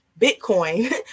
Bitcoin